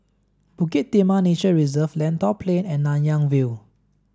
Bukit Timah Nature Reserve Lentor Plain and Nanyang View